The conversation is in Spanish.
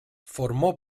formó